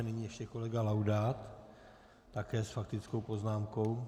Nyní ještě kolega Laudát také s faktickou poznámkou.